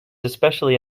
especially